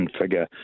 figure